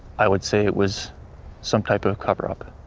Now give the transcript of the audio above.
i would say it was some type of cover-up,